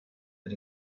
and